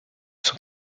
sont